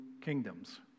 kingdoms